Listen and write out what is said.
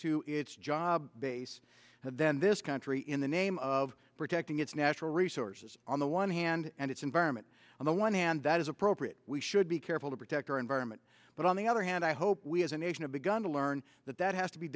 to its job base then this country in the name of protecting its natural resources on the one hand and its environment on the one hand that is appropriate we should be careful to protect our environment but on the other hand i hope we as a nation of begun to learn that that has to be